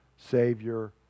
Savior